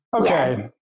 Okay